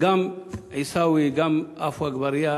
גם עיסאווי, גם עפו אגבאריה,